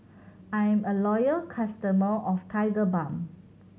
I'm a loyal customer of Tigerbalm